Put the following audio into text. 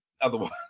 Otherwise